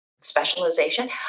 specialization